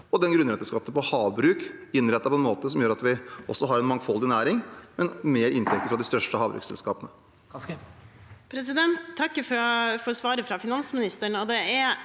og grunnrenteskatt på havbruk, innrettet på en måte som gjør at vi også har en mangfoldig næring, men mer inntekter fra de største havbruksselskapene.